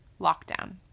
Lockdown